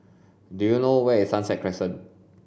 do you know where is Sunset Crescent